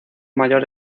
mayor